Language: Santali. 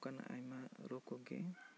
ᱚᱱᱠᱟᱱᱟᱜ ᱟᱭᱢᱟ ᱨᱳᱜᱽ ᱠᱚᱜᱮ ᱚᱱᱟᱠᱚᱫᱚ